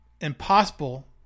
impossible